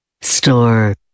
Store